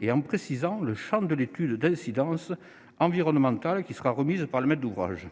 et en précisant le champ de l'étude d'incidence environnementale qui sera remise par le maître d'ouvrage.